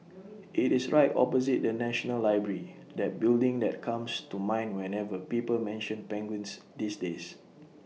IT is right opposite the National Library that building that comes to mind whenever people mention penguins these days